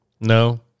No